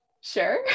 sure